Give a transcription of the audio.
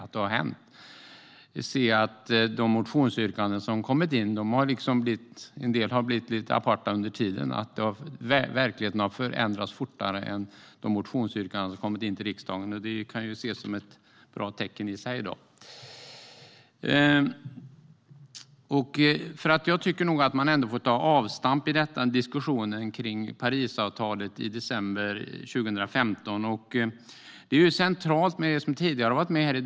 Jag tänker på att en del av de motionsyrkanden som har kommit in har blivit lite överflödiga under tiden eftersom verkligheten har förändrats fortare än de motionsyrkanden som har kommit in till riksdagen. Det kan ses som ett bra tecken i sig. Jag tycker att man ändå i diskussionen får ta avstamp i Parisavtalet från december 2015. Det som tidigare har hörts här i debatten är centralt.